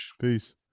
peace